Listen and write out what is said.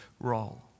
role